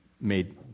made